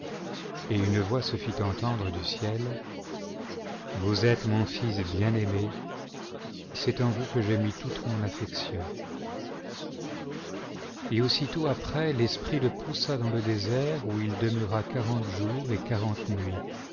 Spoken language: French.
et une voix se fit entendre du ciel vous êtes mon fils bien aiméj c'est en vous evangile chap que j'ai mis toute mon affection et aussitôt après l'esprit le poussa dans le désert où il demeura quarante jours et quarante nuits